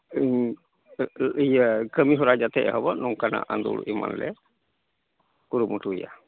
ᱤᱭᱟᱹ ᱠᱟᱹᱢᱤᱦᱚᱨᱟ ᱡᱟᱛᱮ ᱮᱦᱚᱵᱚᱜ ᱱᱚᱝᱠᱟᱱᱟᱜ ᱟᱸᱫᱳᱲ ᱮᱢᱟᱱ ᱞᱮ ᱠᱩᱨᱩᱢᱩᱴᱩᱭᱟ